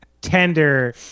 tender